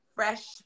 fresh